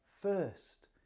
first